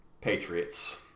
Patriots